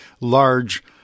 large